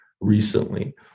recently